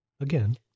again